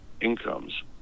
incomes